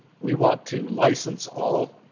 we want to license all.